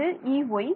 இது Ey